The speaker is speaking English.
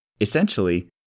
Essentially